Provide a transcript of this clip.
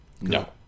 No